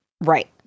Right